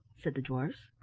said the dwarfs.